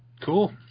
Cool